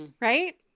Right